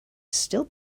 still